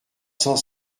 cent